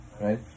right